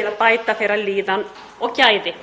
til að bæta líðan þeirra og gæði.